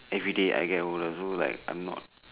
everyday I get older so like I am not